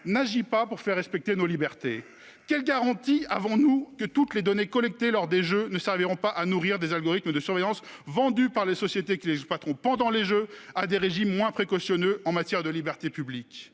n'agit pas pour faire respecter nos libertés ! Quelles garanties avons-nous que toutes les données collectées lors des Jeux ne serviront pas à nourrir des algorithmes de surveillance, vendus par les sociétés qui les exploiteront pendant les Jeux à des régimes moins précautionneux en matière de libertés publiques ?